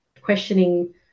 questioning